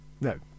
No